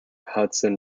hudson